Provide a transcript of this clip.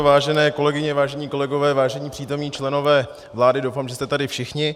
Vážené kolegyně, vážení kolegové, vážení přítomní členové vlády doufám, že jste tady všichni.